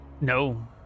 No